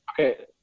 Okay